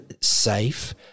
safe